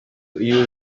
iyo